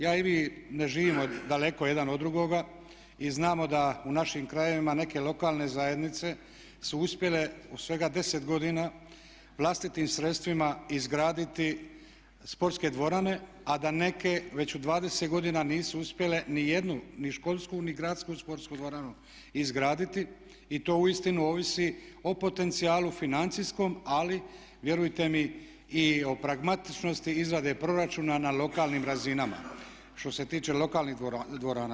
Ja i vi ne živimo daleko jedan od drugoga i znamo da u našim krajevima neke lokalne zajednice su uspjele u svega 10 godina vlastitim sredstvima izgraditi sportske dvorane, a da neke već u 20 godina nisu uspjele nijednu ni školsku ni gradsku sportsku dvoranu izgraditi i to uistinu ovisi o potencijalu financijskom ali vjerujte mi i o pragmatičnosti izrade proračuna na lokalnim razinama što se tiče lokalnih dvorana.